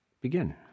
begin